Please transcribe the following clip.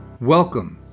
Welcome